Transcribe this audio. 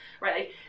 right